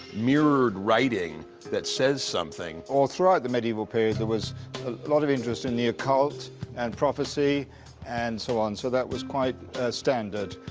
mirrored writing that says something. well, throughout the medieval period, there was a lot of interest in the occult and prophecy and so on, so that was quite standard.